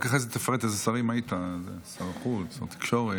אחרי זה תפרט בשם אילו שרים היית, החוץ, התקשורת,